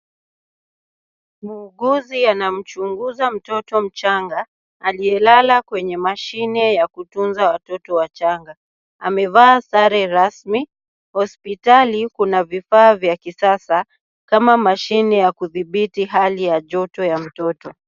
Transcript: Muuguzi anamchunguza mtoto mchanga aliyelala kwenye mashine ya kutunza watoto wachanga. Amevaa sare rasmi. Hospitali kuna vifaa vya kisasa kama mashini ya kudhibiti hali ya joto ya mtoto.